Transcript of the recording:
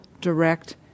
direct